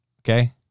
okay